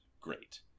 great